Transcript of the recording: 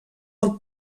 del